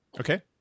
Okay